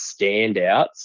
standouts